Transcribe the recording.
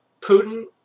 Putin